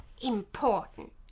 important